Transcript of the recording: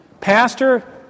Pastor